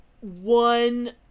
one